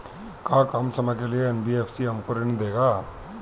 का कम समय के लिए एन.बी.एफ.सी हमको ऋण देगा?